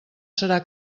serà